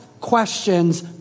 questions